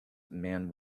man